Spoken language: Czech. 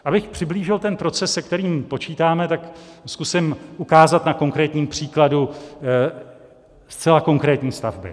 Abych přiblížil proces, s kterým počítáme, zkusím ukázat na konkrétním příkladu zcela konkrétní stavby.